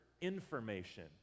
information